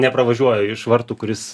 nepravažiuoja iš vartų kuris